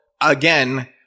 Again